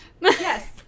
Yes